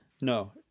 no